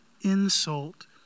insult